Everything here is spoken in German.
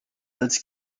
als